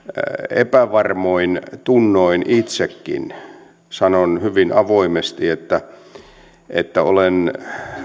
epävarmoin tunnoin itsekin sanon hyvin avoimesti että että olen